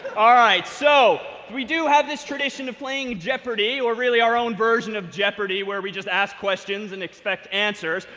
all right, so we do have this tradition of playing jeopardy, or really, our own version of jeopardy where we just ask questions and expect answers.